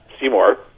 Seymour